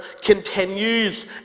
continues